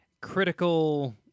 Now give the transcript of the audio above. critical